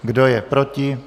Kdo je proti?